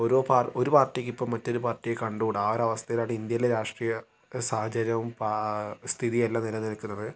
ഓരോ പാർ ഒരു പാർട്ടിക്ക് ഇപ്പോൾ മറ്റൊരു പാർട്ടിയെ കണ്ടുകൂട ആ ഒരു അവസ്ഥയിലാണ് ഇന്ത്യയിലെ രാഷ്ട്രീയ സാഹചര്യവും പാ സ്ഥിതിയും എല്ലാം നിലനിൽക്കുന്നത്